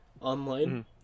online